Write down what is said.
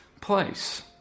place